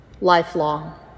lifelong